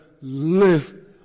live